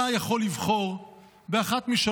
הצעת החוק אושרה פה אחד ללא